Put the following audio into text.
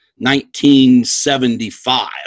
1975